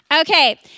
Okay